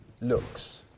looks